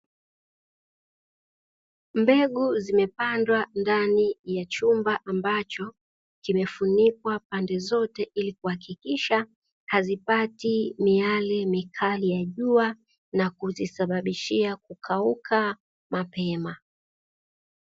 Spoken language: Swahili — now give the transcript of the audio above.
Mbegu zimepandwa ndani ya chumba ambacho kimefunikwa pande zote, ili kuhakikisha hazipati miali mikali ya jua, na kuzisababishia kukauka mapema.